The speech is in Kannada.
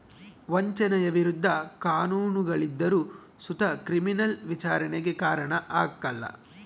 ವಂಚನೆಯ ವಿರುದ್ಧ ಕಾನೂನುಗಳಿದ್ದರು ಸುತ ಕ್ರಿಮಿನಲ್ ವಿಚಾರಣೆಗೆ ಕಾರಣ ಆಗ್ಕಲ